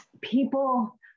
people